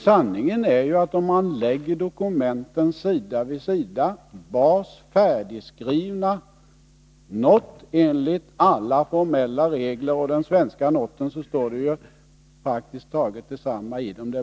Sanningen är ju, att om man lägger dokumenten sida vid sida — Bahrs enligt alla formella regler skrivna not och den svenska noten — så finner man att det står praktiskt taget detsamma i dem.